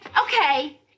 okay